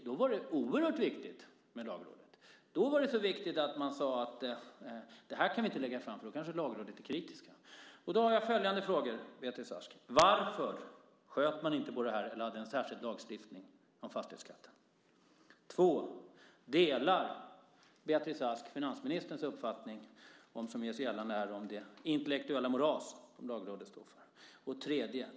Då var det oerhört viktigt med Lagrådet. Då var det så viktigt att man sade: Det här kan vi inte lägga fram eftersom Lagrådet kanske är kritiskt. Jag har följande frågor: Varför sköt man inte på detta eller hade en särskild lagstiftning om fastighetsskatten? Delar Beatrice Ask finansministerns uppfattning om det intellektuella moras som Lagrådet står för?